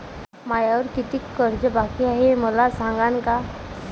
मायावर कितीक कर्ज बाकी हाय, हे मले सांगान का?